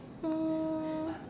um